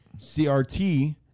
CRT